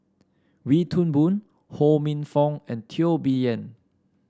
Wee Toon Boon Ho Minfong and Teo Bee Yen